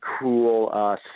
cool